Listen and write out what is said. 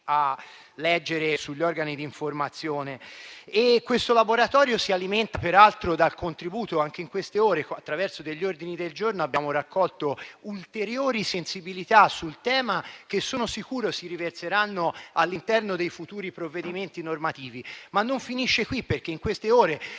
Grazie a tutti